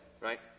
right